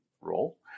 role